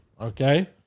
Okay